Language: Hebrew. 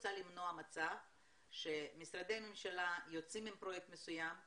אני רוצה למנוע מצב שמשרדי הממשלה יוצאים עם פרויקט מסוים,